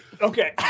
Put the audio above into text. Okay